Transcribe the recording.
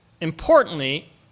Importantly